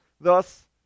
Thus